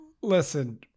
Listen